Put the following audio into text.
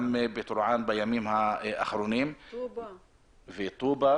בטורעאן בימים האחרונים ובעוד מקומות,